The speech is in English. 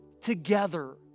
together